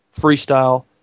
freestyle